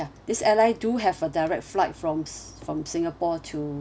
ya this airline do have a direct flight from si~ from singapore to